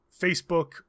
Facebook